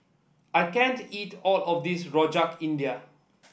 I can't eat all of this Rojak India